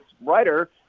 writer